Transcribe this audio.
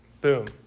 Boom